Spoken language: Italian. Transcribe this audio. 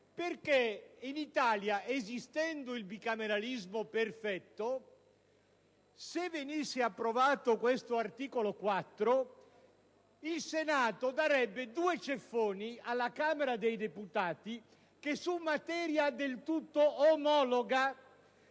perché in Italia, in cui vige il bicameralismo perfetto, se venisse approvato l'articolo 4, il Senato darebbe due ceffoni alla Camera dei deputati che su materia del tutto analoga